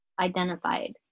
identified